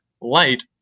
light